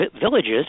villages